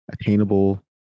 attainable